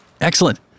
excellent